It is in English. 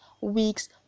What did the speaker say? week's